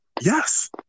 Yes